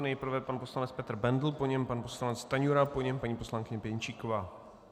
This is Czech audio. Nejprve pan poslanec Petr Bendl, po něm pan poslanec Stanjura, po něm paní poslankyně Pěnčíková.